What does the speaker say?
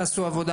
או שתיעשה בדיקה,